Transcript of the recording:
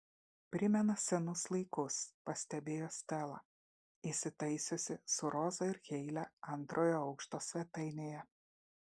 primena senus laikus pastebėjo stela įsitaisiusi su roza ir heile antrojo aukšto svetainėje